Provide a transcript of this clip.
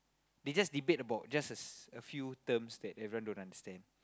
they just debate about just a s~ a few terms that everyone don't understand